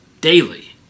daily